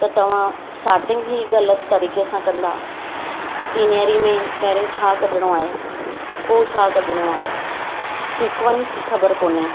त तव्हां स्टार्टिंग ई ग़लति तरीक़े सां कंदा सीनयरी में पहिरियों छा कढणो आहे पोइ छा कढणो आहे सिक्वंस ख़बर कोन्हे